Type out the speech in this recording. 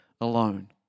alone